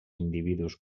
individus